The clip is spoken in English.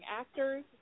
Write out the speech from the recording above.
actors